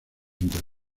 entre